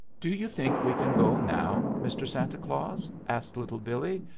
do you think we can go now, mr. santa claus? asked little billee,